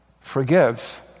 forgives